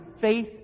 faith